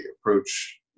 approach